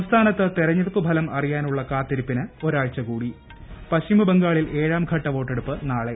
സംസ്ഥാനത്ത് തെരഞ്ഞെടുപ്പ് ഫലം അറിയാനുള്ള കാത്തിരിപ്പിന് ഒരാഴ്ച കൂടി പശ്ചിമബംഗാളിൽ ഏഴാം ഘട്ട വോട്ടെടുപ്പ് നാളെ